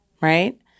right